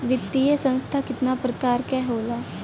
वित्तीय संस्था कितना प्रकार क होला?